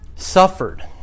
suffered